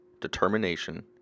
determination